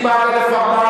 מי בעד 1,400?